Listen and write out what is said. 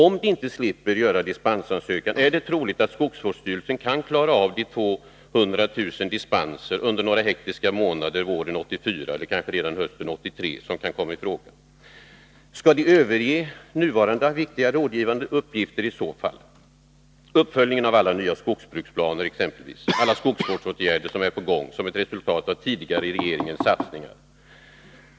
Om de inte slipper göra detta, är det då troligt att skogsvårdsstyrelsen under några hektiska månader våren 1984 — eller kanske redan hösten 1983 — klarar alla 2000 000 dispenser som kan komma i fråga? Skall man i så fall överge sina nuvarande viktiga och rådgivande uppgifter? Det gäller exempelvis uppföljningen av alla nya skogsbruksplaner och alla skogsvårdsåtgärder som är på gång såsom ett resultat av mittenregeringens tidigare satsningar.